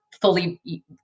fully